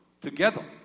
together